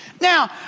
Now